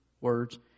words